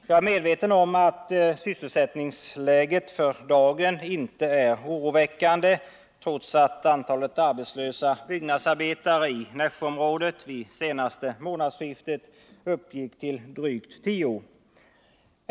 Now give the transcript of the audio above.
Jag är medveten om att sysselsättningsläget inte är oroande för dagen, trots att antalet arbetslösa byggnadsarbetare i Nässjöområdet vid det senaste månadsskiftet uppgick till drygt tio.